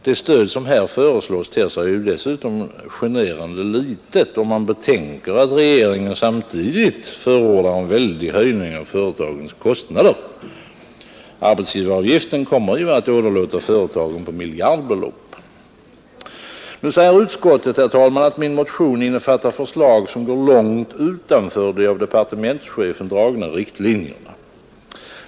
Det stöd som här föreslås ter sig dessutom generande litet, om man betänker att regeringen samtidigt förordar en väldig höjning av företagens kostnader. Arbetsgivaravgifterna kommer ju att åderlåta företagen på miljardbelopp. Utskottet säger att min motion innefattar förslag som går långt utanför de av departementschefen uppdragna riktlinjerna.